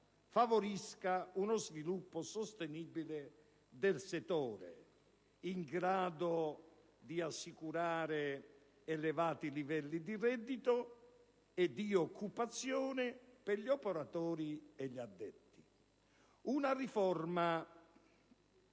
favorisca uno sviluppo sostenibile del settore, in grado di assicurare elevati livelli di reddito e di occupazione per gli operatori e gli addetti; una riforma